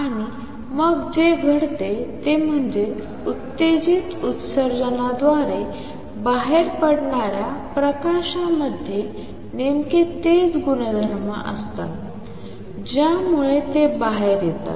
आणि मग जे घडते ते म्हणजे उत्तेजित उत्सर्जनाद्वारे बाहेर पडणाऱ्या प्रकाशामध्ये नेमके तेच गुणधर्म असतात ज्यामुळे तो बाहेर येतो